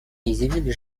изъявили